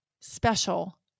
special